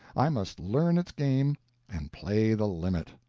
i must learn its game and play the limit.